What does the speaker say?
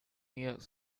york